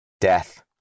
death